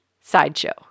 sideshow